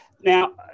Now